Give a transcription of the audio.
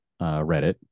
Reddit